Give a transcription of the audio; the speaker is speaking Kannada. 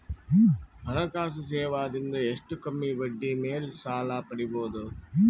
ಹಣಕಾಸು ಸೇವಾ ದಿಂದ ಎಷ್ಟ ಕಮ್ಮಿಬಡ್ಡಿ ಮೇಲ್ ಸಾಲ ಪಡಿಬೋದ?